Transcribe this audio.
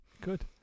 Good